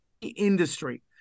industry